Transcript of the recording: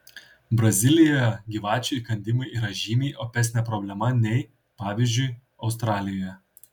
brazilijoje gyvačių įkandimai yra žymiai opesnė problema nei pavyzdžiui australijoje